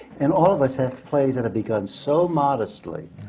and all of us have plays that have begun so modestly,